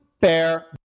bear